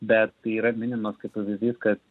bet tai yra minimas kaip pavyzdys kad